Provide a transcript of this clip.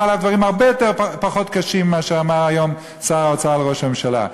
עליו דברים הרבה פחות קשים ממה ששר האוצר אמר על ראש הממשלה.